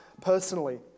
personally